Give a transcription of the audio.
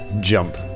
jump